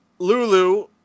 Lulu